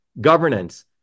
governance